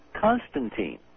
Constantine